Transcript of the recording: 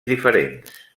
diferents